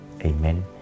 Amen